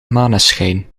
maneschijn